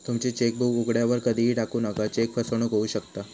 तुमची चेकबुक उघड्यावर कधीही टाकू नका, चेक फसवणूक होऊ शकता